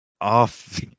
off